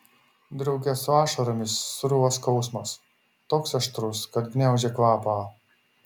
drauge su ašaromis sruvo skausmas toks aštrus kad gniaužė kvapą